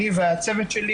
אני והצוות שלי